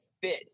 fit